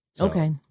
Okay